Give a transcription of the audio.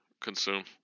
consume